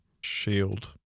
shield